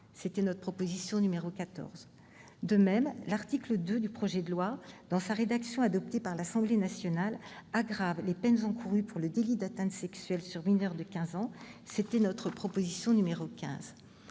d'information. De même, l'article 2 du projet de loi, dans sa rédaction adoptée par l'Assemblée nationale, aggrave les peines encourues pour le délit d'atteinte sexuelle sur mineur de quinze ans. C'est la proposition n° 15